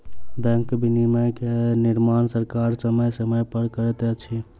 bank विनियमन के निर्माण सरकार समय समय पर करैत अछि